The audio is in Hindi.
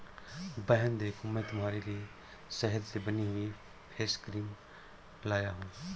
बहन देखो मैं तुम्हारे लिए शहद से बनी हुई फेस क्रीम लाया हूं